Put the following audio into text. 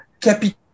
capital